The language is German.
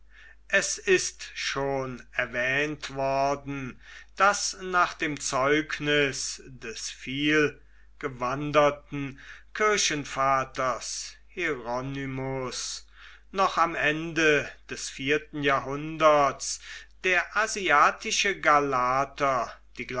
es ist schon erwähnt worden daß nach dem zeugnis des vielgewanderten kirchenvaters hieronymus noch am ende des vierten jahrhunderts der asiatische galater